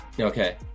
Okay